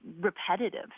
repetitive